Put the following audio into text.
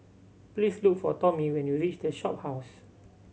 please look for Tomie when you reach The Shophouse